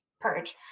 purge